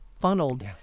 funneled